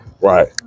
Right